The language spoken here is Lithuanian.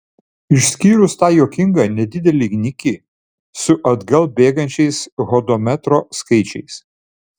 išskyrus tą juokingą nedidelį nikį su atgal bėgančiais hodometro skaičiais